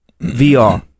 VR